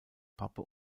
pappe